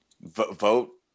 vote